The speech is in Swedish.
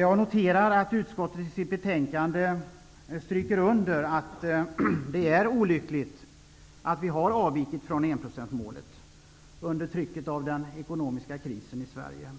Jag noterar att utskottet i sitt betänkande stryker under att det är olyckligt att vi har avvikit från enprocentsmålet under trycket av den ekonomiska krisen i Sverige.